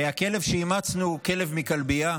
הכלב שאימצנו הוא כלב מכלבייה,